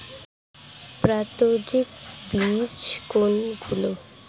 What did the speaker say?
প্রত্যায়িত বীজ কোনগুলি?